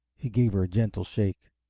he gave her a gentle shake.